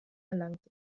erlangt